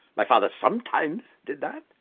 my father sometimes did that.